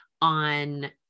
on